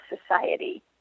society